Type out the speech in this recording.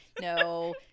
no